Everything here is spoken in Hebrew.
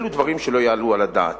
אלו דברים שלא יעלו על הדעת.